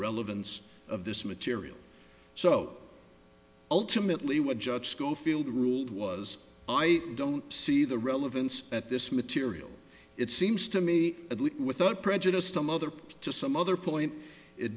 relevance of this material so ultimately what judge schofield ruled was i don't see the relevance at this material it seems to me at least without prejudiced the mother put to some other point it